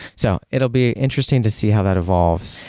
so it'll be interesting to see how that evolves.